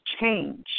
change